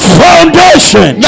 foundation